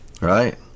right